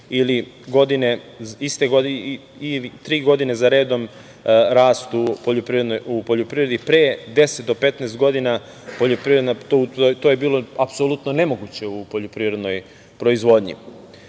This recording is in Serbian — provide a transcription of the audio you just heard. u poljoprivredi i tri godine za redom rast u poljoprivredi. Pre 10 do 15 godina to je bilo apsolutno nemoguće u poljoprivrednoj proizvodnji.